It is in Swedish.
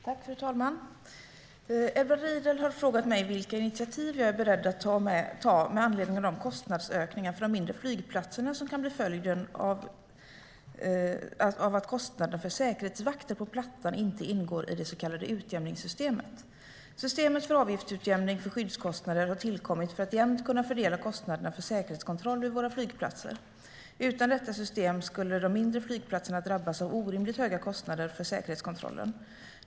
Fru talman! Edward Riedl har frågat mig vilka initiativ jag är beredd att ta med anledning av de kostnadsökningar för de mindre flygplatserna som kan bli följden av att kostnaderna för säkerhetsvakter på plattan inte ingår i det så kallade utjämningssystemet. Systemet för avgiftsutjämning för skyddskostnader har tillkommit för att jämnt kunna fördela kostnaderna för säkerhetskontroll vid våra flygplatser. Utan detta system skulle de mindre flygplatserna drabbas av orimligt höga kostnader för säkerhetskontrollen.